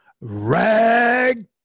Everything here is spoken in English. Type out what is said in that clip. rag